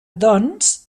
doncs